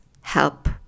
help